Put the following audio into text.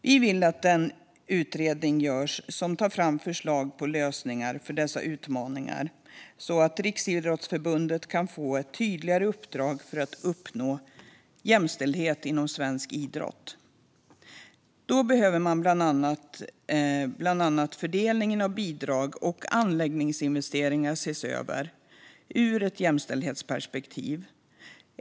Vi vill att en utredning görs som tar fram förslag på lösningar för dessa utmaningar så att Riksidrottsförbundet kan få ett tydligare uppdrag att uppnå jämställdhet inom svensk idrott. Då behöver bland annat fördelningen av bidrag och anläggningsinvesteringar ses över ur ett jämställdhetsperspektiv.